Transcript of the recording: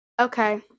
Okay